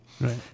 right